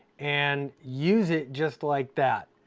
and use it just like that.